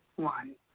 one.